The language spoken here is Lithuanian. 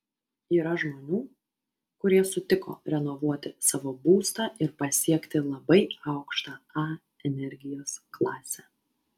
yra žmonių kurie sutiko renovuoti savo būstą ir pasiekti labai aukštą a energijos klasę